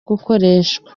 gukoreshwa